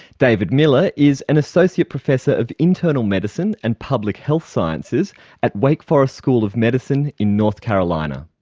david miller is an associate professor of internal medicine and public health sciences at wake forest school of medicine in north carolina.